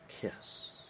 kiss